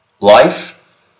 life